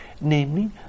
Namely